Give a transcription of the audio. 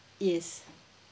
yes